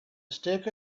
stick